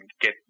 get